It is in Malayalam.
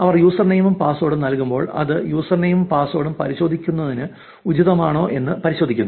അവർ യൂസർ നെയിം ഉം പാസ്വേഡും നൽകുമ്പോൾ അത് യൂസർ നെയിം ഉം പാസ്വേഡും പരിശോധിക്കുന്നത് ഉചിതമാണോ എന്ന് പരിശോധിക്കുന്നു